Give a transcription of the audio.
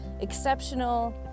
exceptional